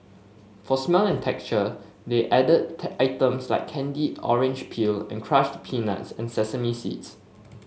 for smell and texture they added items like candied orange peel and crushed peanuts and sesame seeds